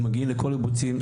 הם מגיעים לכל הקיבוצים.